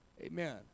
Amen